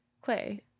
Clay